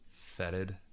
Fetid